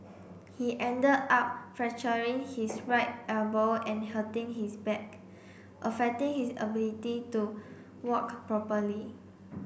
he ended up fracturing his right elbow and hurting his back affecting his ability to walk properly